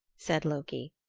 said loki,